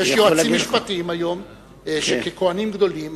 יש יועצים משפטיים היום שככוהנים גדולים